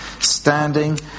standing